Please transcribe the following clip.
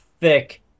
thick